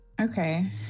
Okay